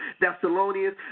Thessalonians